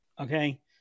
Okay